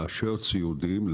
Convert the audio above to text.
לאשר ציודים,